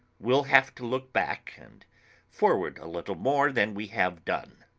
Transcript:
we'll have to look back and forward a little more than we have done.